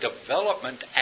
development